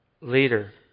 later